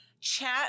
chat